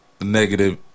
negative